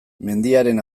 mendiaren